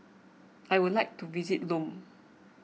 I would like to visit Lome